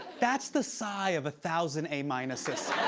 that's the sigh of a thousand a minuses.